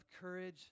courage